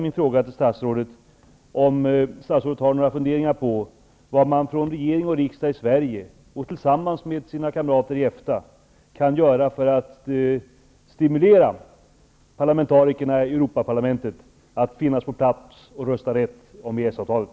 Min fråga till statsrådet är om statsrådet har några funderingar på vad man från regering och riksdag i Sverige tillsammans med sina kamrater i EFTA kan göra för att stimulera parlamentarikerna i Europaparlamentet att finnas på plats och rösta rätt om EES-avtalet.